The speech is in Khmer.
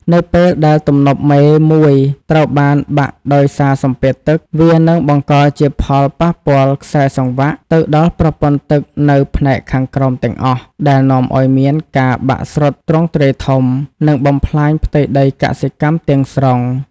នៅពេលដែលទំនប់មេមួយត្រូវបានបាក់ដោយសារសម្ពាធទឹក វានឹងបង្កជាផលប៉ះពាល់ខ្សែសង្វាក់ ទៅដល់ប្រព័ន្ធទឹកនៅផ្នែកខាងក្រោមទាំងអស់ ដែលនាំឱ្យមានការបាក់ស្រុតទ្រង់ទ្រាយធំ និងបំផ្លាញផ្ទៃដីកសិកម្មទាំងស្រុង។